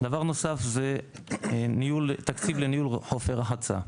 דבר נוסף זה תקציב לניהול חופי רחצה.